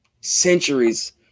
centuries